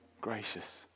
Gracious